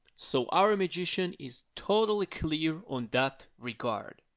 so our magician is totally clear on that regard.